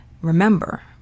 remember